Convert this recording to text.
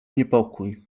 niepokój